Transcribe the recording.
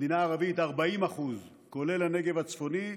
המדינה הערבית, 40%, כולל הנגב הצפוני,